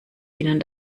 ihnen